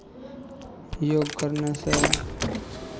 योग करनेसँ